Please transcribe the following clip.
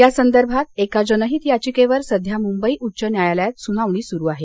या संदर्भात एका जनहित याचिकेवर सध्या मुंबई उच्च न्यायालयात सुनावणी सुरू आहे